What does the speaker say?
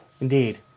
Indeed